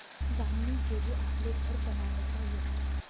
जामनी जेली आपले घर बनाडता यस